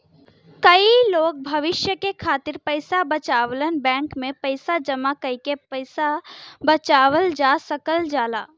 कई लोग भविष्य के खातिर पइसा बचावलन बैंक में पैसा जमा कइके पैसा बचावल जा सकल जाला